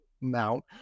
mount